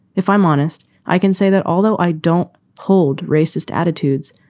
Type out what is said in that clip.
if i'm honest, i can say that although i don't hold racist attitudes,